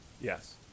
yes